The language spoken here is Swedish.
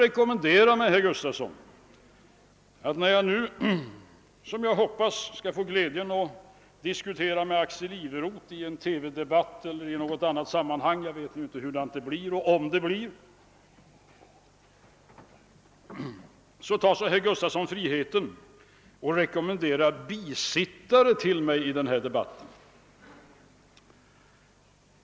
Jag hoppas att jag skall få glädjen att diskutera med Axel Iveroth i TV eller i något annat sammanhang — jag vet inte om det blir av eller hur det blir — och herr Gustafson tar sig friheten att rekommendera bisittare åt mig i en sådan debatt.